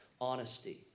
Honesty